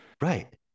Right